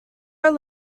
are